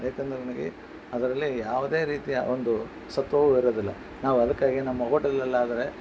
ಏಕೆಂದರೆ ನನಗೆ ಅದರಲ್ಲಿ ಯಾವುದೇ ರೀತಿಯ ಒಂದು ಸತ್ವವು ಇರೋದಿಲ್ಲ ನಾವು ಅದಕ್ಕಾಗಿ ನಮ್ಮ ಹೋಟೆಲ್ಲಲ್ಲಾದರೆ